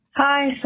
Hi